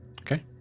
okay